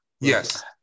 Yes